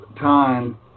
time